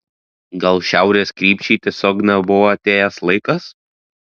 gal šiaurės krypčiai tiesiog nebuvo atėjęs laikas